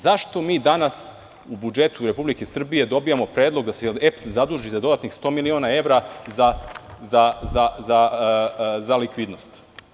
Zašto mi danas u budžetu Republike Srbije dobijamo predlog da se EPS zaduži za dodatnih 100 miliona evra za likvidnost?